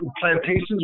plantations